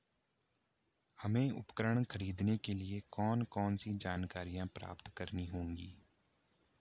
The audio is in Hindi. हमें उपकरण खरीदने के लिए कौन कौन सी जानकारियां प्राप्त करनी होगी?